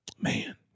man